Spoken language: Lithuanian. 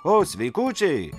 o sveikučiai